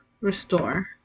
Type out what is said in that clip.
Restore